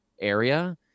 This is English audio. area